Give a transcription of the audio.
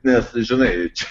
nes žinai čia